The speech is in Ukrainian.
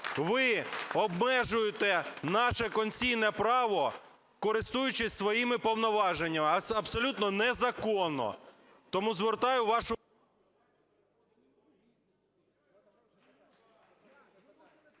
ви обмежуєте наше конституційне право, користуючись своїми повноваженнями, абсолютно незаконно. Тому звертаю вашу…